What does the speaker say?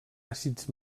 àcids